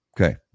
Okay